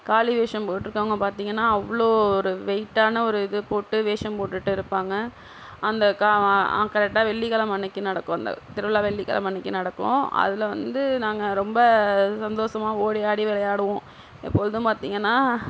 காளி வேஷம் போட்டிருக்கவங்க பார்த்தீங்கன்னா அவ்வளோ ஒரு வெயிட்டான ஒரு இது போட்டு வேஷம் போட்டுகிட்டு இருப்பாங்க அந்த கரெக்டாக வெள்ளிக்கிழமை அன்றைக்கி நடக்கும் அந்த திருவிழா வெள்ளிக்கெழமை அன்றைக்கி நடக்கும் அதில் வந்து நாங்கள் ரொம்ப சந்தோஷமாக ஓடி ஆடி விளையாடுவோம் எப்பொழுதும் பார்த்தீங்கன்னா